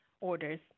orders